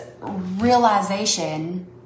realization